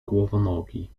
głowonogi